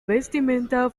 vestimenta